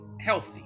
healthy